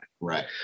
Right